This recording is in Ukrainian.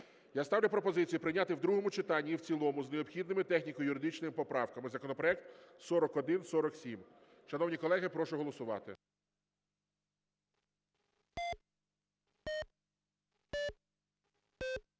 Я ставлю пропозицію прийняти в другому читанні і в цілому з необхідними техніко-юридичними поправками законопроект 4147. Шановні колеги, прошу голосувати.